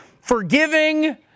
Forgiving